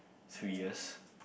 three years